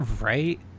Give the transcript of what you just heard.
Right